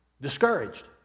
discouraged